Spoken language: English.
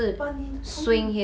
but 你从